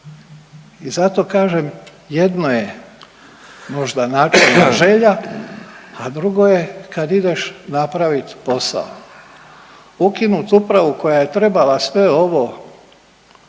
i zato kažem jedno je možda naknadna želja, a drugo je kad ideš napravit posao. Ukinut upravu koja je trebala sve ovo